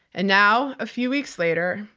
and now, a few weeks later,